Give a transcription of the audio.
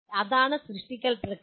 അതാണ് സൃഷ്ടിക്കൽ പ്രക്രിയ